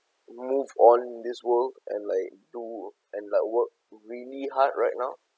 move on in this world and like do and like work really hard right now